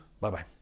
bye-bye